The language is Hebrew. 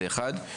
זה אחד.